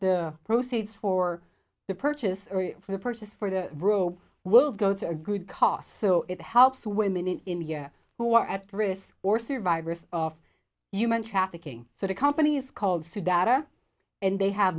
the proceeds for the purchase for the purchase for the rope will go to a good cost so it helps women in india who are at risk or survivors of human trafficking so the company is called siddharta and they have